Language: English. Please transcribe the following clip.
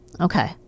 okay